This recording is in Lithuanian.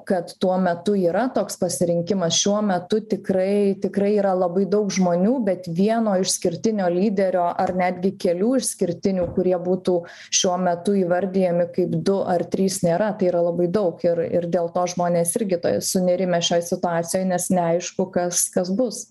kad tuo metu yra toks pasirinkimas šiuo metu tikrai tikrai yra labai daug žmonių bet vieno išskirtinio lyderio ar netgi kelių išskirtinių kurie būtų šiuo metu įvardijami kaip du ar trys nėra tai yra labai daug ir ir dėl to žmonės irgi sunerimę šioj situacijoj nes neaišku kas kas bus